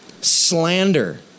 Slander